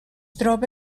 troba